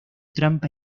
trampa